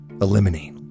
eliminate